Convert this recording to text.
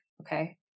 Okay